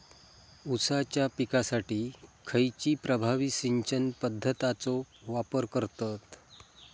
ऊसाच्या पिकासाठी खैयची प्रभावी सिंचन पद्धताचो वापर करतत?